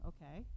Okay